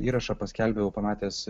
įrašą paskelbiau pamatęs